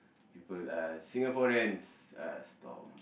people uh Singaporeans uh Stomp